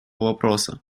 вопроса